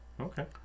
Okay